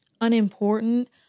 Unimportant